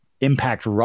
impact